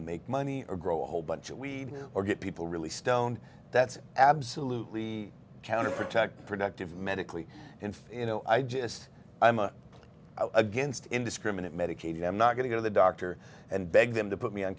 to make money or grow a whole bunch of weed or get people really stoned that's absolutely counter protect productive medically and you know i just i'm a against indiscriminate medicaid and i'm not going to go to the doctor and beg them to put me on